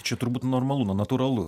čia turbūt normalu na natūralu